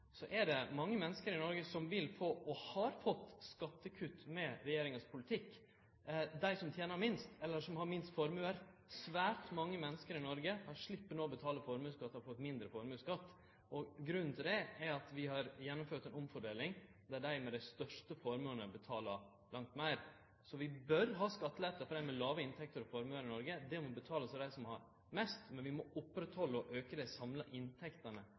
er det mange menneske i Noreg som vil få og har fått skattekutt med regjeringa sin politikk – dei som tener minst, eller som har minst formuar. Svært mange menneske i Noreg slepp no å betale formuesskatt eller har fått mindre formuesskatt. Grunnen til det er at vi har gjennomført ei omfordeling der dei med dei største formuane betalar langt meir. Så vi bør ha skattelette for dei med låge inntekter og formuar i Noreg, det må betalast av dei som har mest. Men vi må halde ved lag og auke dei samla inntektene